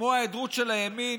כמו ההיעדרות של הימין,